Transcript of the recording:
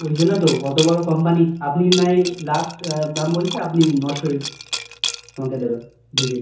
ওই জন্য তো অত বড় কম্পানি আপনি নয় লাস্ট দাম বলছি আপনি নশোই আমাকে দেবেন ভিজিট